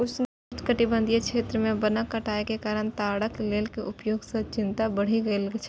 उष्णकटिबंधीय क्षेत्र मे वनक कटाइ के कारण ताड़क तेल के उपयोग सं चिंता बढ़ि गेल छै